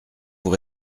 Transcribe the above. vous